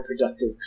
productive